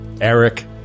Eric